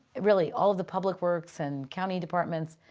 really all of the public works and county departments,